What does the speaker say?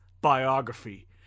biography